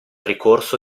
ricorso